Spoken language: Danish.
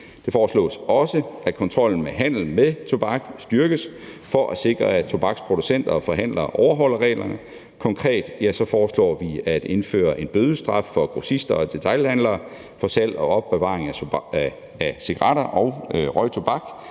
Det foreslås også, at kontrollen med handel med tobak styrkes for at sikre, at tobaksproducenter og -forhandlere overholder reglerne. Konkret foreslår vi at indføre en bødestraf for grossister og detailhandlere for salg og opbevaring af cigaretter og røgtobak